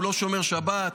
הוא לא שומר שבת,